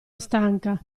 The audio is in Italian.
stanca